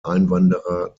einwanderer